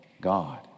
God